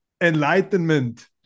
enlightenment